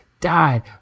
died